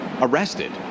arrested